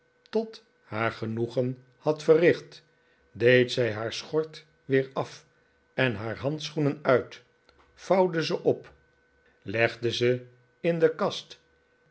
tot haar genoegen had verricht deed zij haar schort weer af en haar handschoenen uit vouwde ze op legde ze in de kast